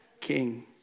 king